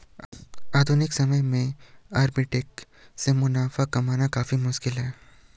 आधुनिक समय में आर्बिट्रेट से मुनाफा कमाना काफी मुश्किल है